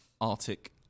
Arctic